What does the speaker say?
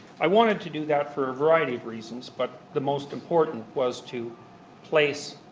i wanted to do that for a variety of reasons, but the most important was to place